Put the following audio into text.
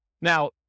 Now